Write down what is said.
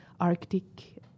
Arctic